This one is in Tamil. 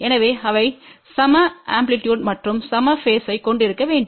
எனவே அவை சம ஆம்ப்ளிடியுட் மற்றும் சம பேஸ்த்தைக் கொண்டிருக்க வேண்டும்